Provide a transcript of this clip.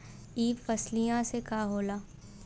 ई फसलिया से का होला?